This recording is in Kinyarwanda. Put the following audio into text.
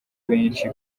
benshi